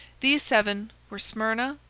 these seven were smyrna,